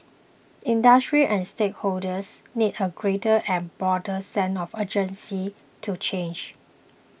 industries and stakeholders need a greater and broader sense of urgency to change